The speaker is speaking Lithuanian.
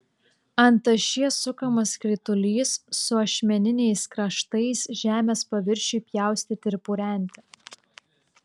ant ašies sukamas skritulys su ašmeniniais kraštais žemės paviršiui pjaustyti ir purenti